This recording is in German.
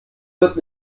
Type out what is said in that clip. wird